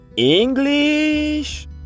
English